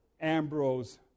Ambrose